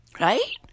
Right